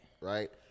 Right